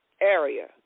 area